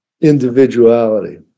individuality